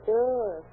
Sure